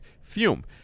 fume